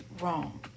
wrong